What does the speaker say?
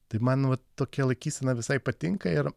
tai man va tokia laikysena visai patinka ir